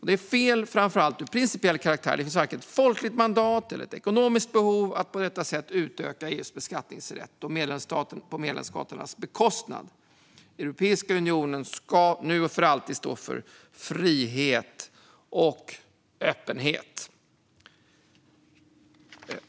Det är fel framför allt av principiella skäl. Det finns varken ett folkligt mandat eller ett ekonomiskt behov av att på detta sätt utöka EU:s beskattningsrätt på medlemsstaternas bekostnad. Europeiska unionen ska nu och för alltid stå för frihet och öppenhet.